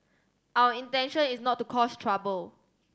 our intention is not to cause trouble